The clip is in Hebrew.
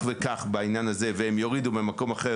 וכך בעניין הזה והם יורידו ממקום אחר,